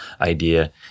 idea